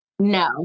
No